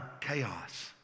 chaos